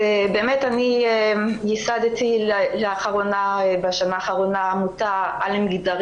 אני ייסדתי בשנה האחרונה עמותה --- שדנה